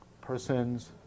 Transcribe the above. Persons